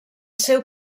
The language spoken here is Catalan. seu